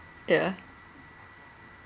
ya